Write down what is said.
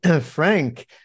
Frank